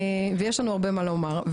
ויש לנו הרבה מה לומר.